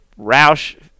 Roush